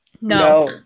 No